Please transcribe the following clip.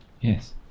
Yes